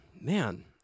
man